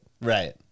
Right